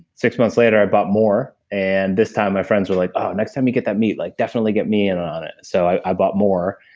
six months later, i bought more and this time my friends were like, oh, next time you get that meat, like definitely get me in on it. so i bought more,